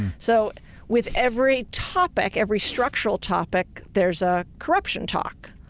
so with every topic, every structural topic, there's a corruption talk.